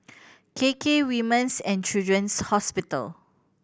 K K Women's And Children's Hospital